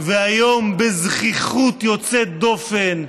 והיום, בזחיחות יוצאת דופן,